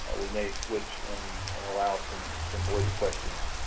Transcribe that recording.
we may switch and allow some some voice questions.